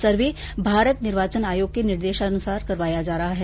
सर्वे भारत निर्वाचन आयोग के निर्देश पर करवाया जा रहा है